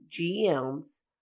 GMs